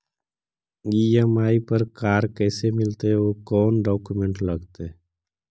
EMI पर car कैसे मिलतै औ कोन डाउकमेंट लगतै?